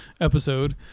episode